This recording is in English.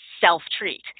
self-treat